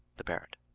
the parrot.